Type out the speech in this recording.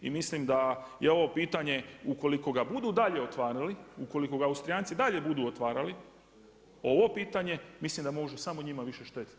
I mislim da je ovo pitanje ukoliko ga budu dalje otvarali, ukoliko ga Austrijanci dalje budu otvarali, ovo pitanje mislim da može samo njima više štetiti.